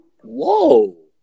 Whoa